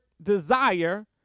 Desire